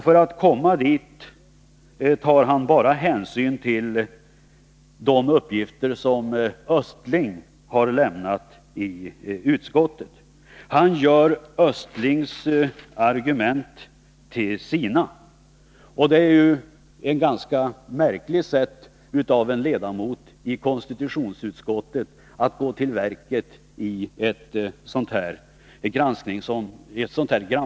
För att komma dit tar han bara hänsyn till de uppgifter som Östling har lämnat i utskottet. Han gör Östlings argument till sina. Det är ju ett ganska märkligt sätt av en ledamot i kostitutionsutskottet att gå till verket på i ett sådant här granskningsarbete.